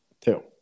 Two